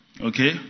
Okay